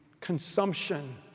consumption